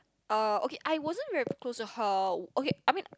uh okay I wasn't very close to her okay I mean